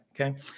okay